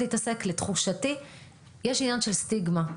שכתוצאה משלושת הביקורים אצל הפסיכולוג רופא